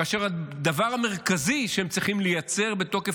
כאשר הדבר המרכזי שהם צריכים לייצר בתוקף